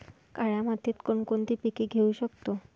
काळ्या मातीत कोणकोणती पिके घेऊ शकतो?